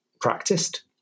practiced